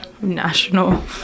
national